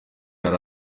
yari